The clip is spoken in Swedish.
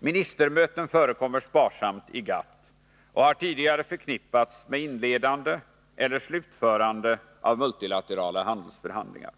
Ministermöten förekommer sparsamt i GATT och har tidigare förknippats med inledande eller slutförande av multilaterala handelsförhandlingar.